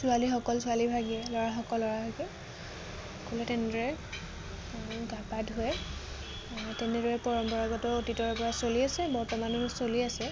ছোৱালীসকল ছোৱালী ভাগে ল'ৰাসকল ল'ৰা ভাগে তেনেদৰে গা পা ধুৱে তেনেদৰে পৰম্পৰাগত অতীতৰেৰ পৰা চলি আছে বৰ্তমানেও চলি আছে